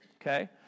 Okay